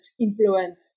influence